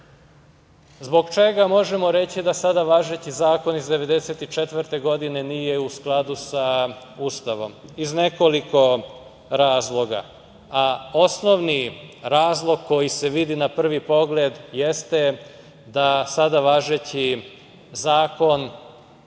čega možemo reći da sada važeći zakon iz 1994. godine nije u skladu sa Ustavom? Iz nekoliko razloga, a osnovni razlog koji se vidi na prvi pogled jeste da sada važeći Zakon